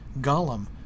Gollum